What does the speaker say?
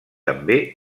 també